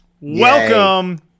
welcome